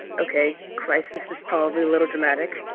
ok, crisis is probably a little dramatic